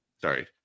sorry